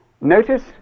Notice